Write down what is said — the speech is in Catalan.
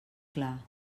clar